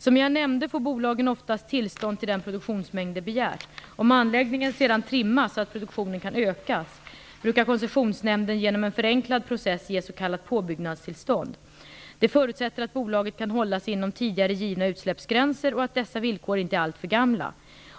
Som jag nämnde får bolagen oftast tillstånd till den produktionsmängd som de begärt. Om anläggningen sedan trimmas så att produktionen kan öka, brukar Koncessionsnämnden genom en förenklad process ge s.k. påbyggnadstillstånd. Det förutsätter att bolaget kan hålla sina tidigare givna utsläppsgränser och att dessa villkor inte är alltför gamla.